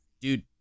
dude